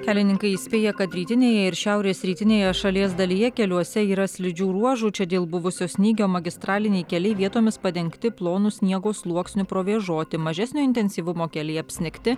kelininkai įspėja kad rytinėje ir šiaurės rytinėje šalies dalyje keliuose yra slidžių ruožų čia dėl buvusio snygio magistraliniai keliai vietomis padengti plonu sniego sluoksniu provėžoti mažesnio intensyvumo keliai apsnigti